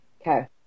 Okay